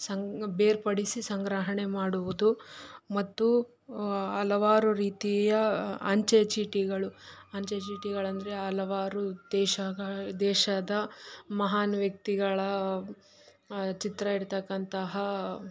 ಸಂಗ ಬೇರ್ಪಡಿಸಿ ಸಂಗ್ರಹಣೆ ಮಾಡುವುದು ಮತ್ತು ಹಲವಾರು ರೀತಿಯ ಅಂಚೆಚೀಟಿಗಳು ಅಂಚೆಚೀಟಿಗಳಂದರೆ ಹಲವಾರು ದೇಶಗ ದೇಶದ ಮಹಾನ್ ವ್ಯಕ್ತಿಗಳ ಚಿತ್ರ ಇರತಕ್ಕಂತಹ